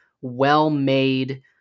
well-made